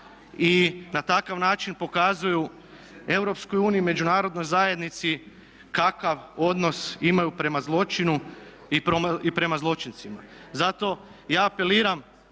i na takav način pokazuju EU i međunarodnoj zajednici kakav odnos imaju prema zločinu i prema zločincima. Zato ja apeliram